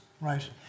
Right